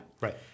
Right